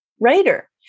writer